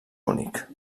únic